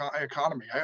economy